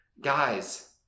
Guys